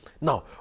Now